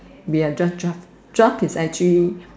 we're drug drug drug is actually